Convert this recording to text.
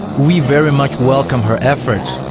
we very much welcome her efforts.